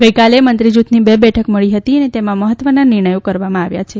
ગઇકાલે મંત્રીજૂથની બે બેઠક મળી હતી અને તેમાં મહત્વના નિર્ણયો કરવામાં આવ્યા છે